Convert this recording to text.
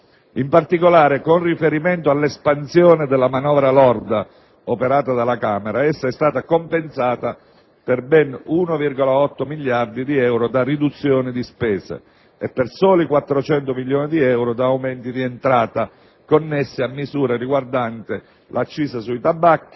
In particolare, con riferimento all'espansione della manovra lorda operata dalla Camera, essa è stata compensata per ben 1,8 miliardi di euro da riduzioni di spese e per solo 400 milioni di euro da aumenti di entrata, connessi a misure riguardanti l'accisa sui tabacchi,